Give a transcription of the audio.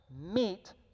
meet